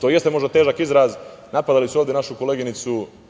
To jeste možda težak izraz. Napadali su ovde našu koleginicu